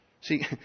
See